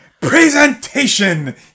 Presentation